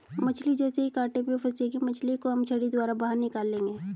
मछली जैसे ही कांटे में फंसेगी मछली को हम छड़ी द्वारा बाहर निकाल लेंगे